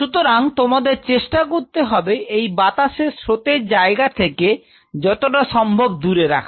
সুতরাং তোমাদের চেষ্টা করতে হবে এই বাতাসের স্রোতের জায়গা থেকে যতটা সম্ভব দূরে রাখার